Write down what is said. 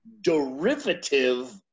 derivative